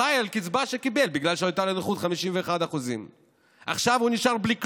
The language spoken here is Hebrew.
חי על קצבה שקיבל בגלל שהייתה לו נכות 51%. עכשיו הוא נשאר בלי כלום,